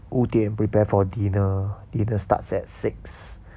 五点 prepare for dinner dinner starts at six